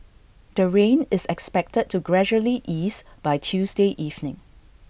the rain is expected to gradually ease by Tuesday evening